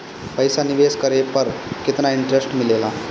पईसा निवेश करे पर केतना इंटरेस्ट मिलेला?